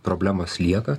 problemos lieka